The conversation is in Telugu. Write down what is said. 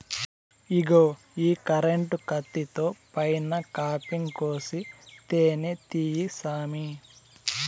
ఇగో ఈ కరెంటు కత్తితో పైన కాపింగ్ కోసి తేనే తీయి సామీ